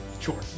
Sure